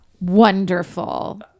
wonderful